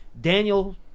Daniel